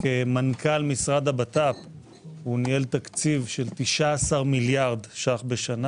כמנכ"ל המשרד לביטחון הפנים הוא ניהל תקציב של 19 מיליארד שקל בשנה.